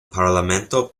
parlamento